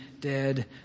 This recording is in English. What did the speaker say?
dead